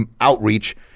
outreach